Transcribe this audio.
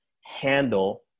handle